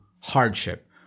hardship